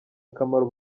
akamaro